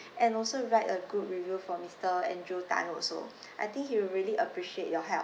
and also write a good review for mister andrew tan also I think he will really appreciate your help